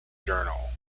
journal